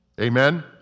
Amen